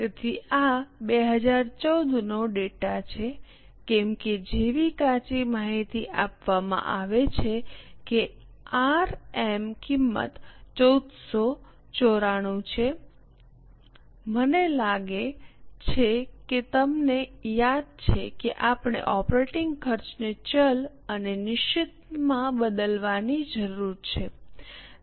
તેથી આ 2014 નો ડેટા છે કેમ કે જેવી કાચી માહિતી આપવામાં આવે છે કે આરએમ કિંમત 494 છે મને લાગે છે કે તમને યાદ છે કે આપણે ઓપરેટીંગ ખર્ચને ચલ અને નિશ્ચિતમાં બદલવાની જરૂર છે